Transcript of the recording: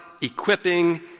equipping